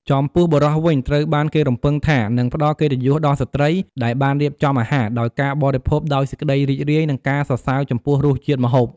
ចំពោះបុរសវិញ ត្រូវបានគេរំពឹងថានឹង ផ្តល់កិត្តិយសដល់ស្ត្រីដែលបានរៀបចំអាហារ ដោយការបរិភោគដោយសេចក្តីរីករាយ និងការសរសើរចំពោះរសជាតិម្ហូប។